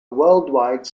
worldwide